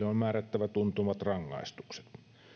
on määrättävä tuntuvat rangaistukset